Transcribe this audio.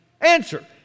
Answer